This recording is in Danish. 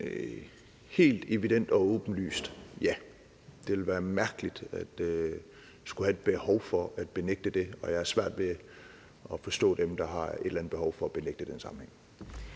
Helt evident og åbenlyst: Ja. Det ville være mærkeligt at skulle have et behov for at benægte det, og jeg har svært ved at forstå dem, der har et eller andet behov for at benægte den sammenhæng.